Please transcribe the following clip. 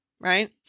right